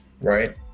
right